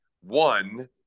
One